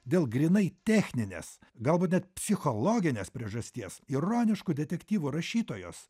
dėl grynai techninės galbūt net psichologinės priežasties ironiškų detektyvų rašytojos